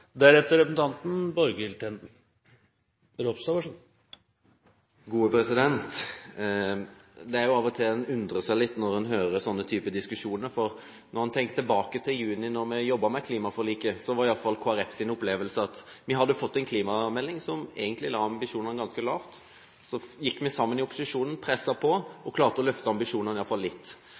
av og til en undrer seg litt når en hører slike typer diskusjoner, for når en tenker tilbake til juni da vi jobbet med klimaforliket, var iallfall Kristelig Folkepartis opplevelse at vi hadde fått en klimamelding som egentlig la ambisjonene ganske lavt. Så gikk vi sammen i opposisjonen, presset på, og klarte å løfte ambisjonene iallfall litt.